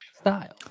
style